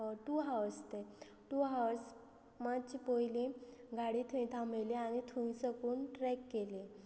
two हावस ते टू हाव मातचें पयली गाडी थंय थांबयली आनी थंय सकून ट्रॅक केली